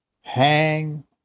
hang